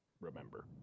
remember